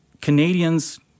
Canadians